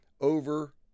over